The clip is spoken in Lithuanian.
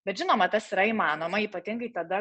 bet žinoma tas yra įmanoma ypatingai tada